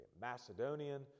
Macedonian